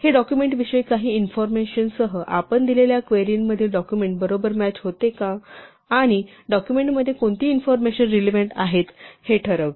हे डोकुयमेन्ट विषयी काही इन्फॉर्मेशन सह आपण दिलेल्या क्वेरींमधील डॉक्युमेंट बरोबर मॅच होते का आणि डॉक्युमेंट मध्ये कोणती इन्फॉर्मेशन रेलेवंट आहेत हे ठरवते